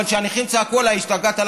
אבל כשהנכים צעקו עליי: השתגעת?